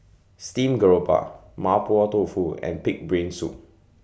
Steamed Garoupa Mapo Tofu and Pig'S Brain Soup